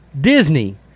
Disney